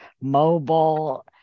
mobile